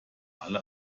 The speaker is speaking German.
alle